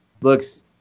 looks